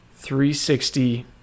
360